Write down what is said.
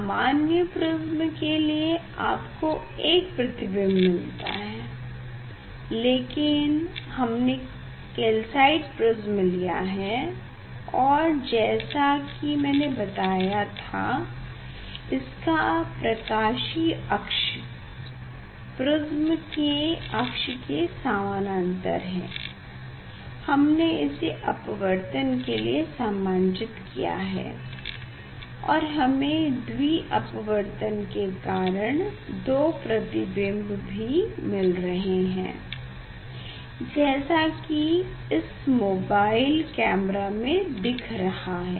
सामान्य प्रिस्म के लिए आपको एक प्रतिबिम्ब मिलता है लेकिन हमने कैल्साइट प्रिस्म लिया है और जैसा की मैने बताया था की इसका प्रकाशीय अक्ष प्रिस्म के अक्ष के समानानंतर है हमने इसे अपवर्तन के लिए समांजित किया है और हमे द्वि अपवर्तन के कारण 2 प्रतिबिम्ब भी मिल रहे हैं जैसा की इस मोबाइल कैमरा में दिख रहा है